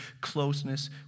closeness